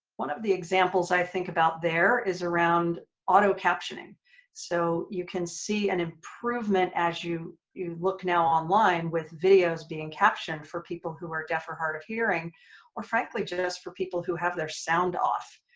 one of the examples i think about there is around auto captioning so you can see an improvement as you you look now online with videos being captioned for people who are deaf or hard of hearing or frankly just for people who have their sound off.